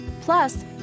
Plus